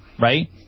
right